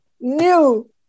new